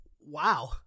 wow